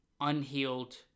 unhealed